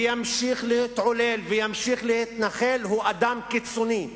ימשיך להתהולל וימשיך להתנחל, הוא אדם קיצוני.